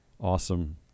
awesome